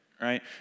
right